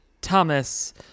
thomas